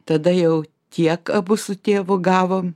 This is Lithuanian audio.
tada jau tiek abu su tėvu gavom